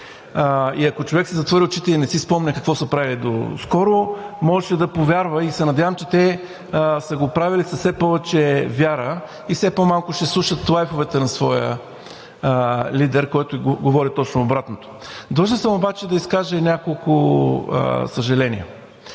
Ако човек си затвори очите и не си спомня какво са правили доскоро, можеше да повярва. И се надявам, че те са го правили с все повече вяра и все по-малко ще слушат лайфовете на своя лидер, който говори точно обратното. Длъжен съм обаче да изкажа и няколко съжаления.